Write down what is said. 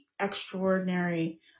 extraordinary